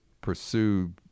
pursue